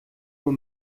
nur